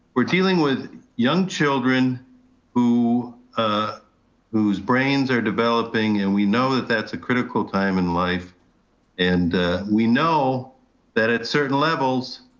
we're dealing with young children ah whose brains are developing and we know that that's a critical time in life and we know that at certain levels,